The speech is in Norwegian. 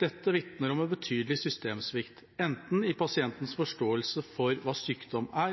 Dette vitner om en betydelig systemsvikt enten i pasientens forståelse for hva sykdom er,